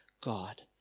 God